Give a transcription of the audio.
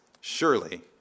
surely